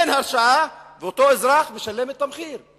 אין הרשעה, ואותו אזרח משלם את המחיר.